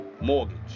mortgage